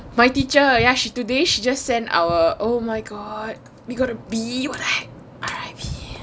my teacher ya she today she just send our oh my god we got a B what the heck R_I_P